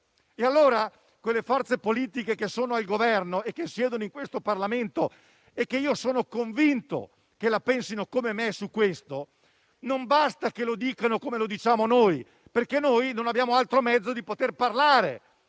pertanto alle forze politiche che sono al Governo, che siedono in questo Parlamento e che sono convinto la pensino come me su questo. Non basta che lo dicano come facciamo noi, perché noi non abbiamo altro mezzo che poter parlare,